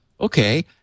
okay